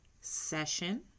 session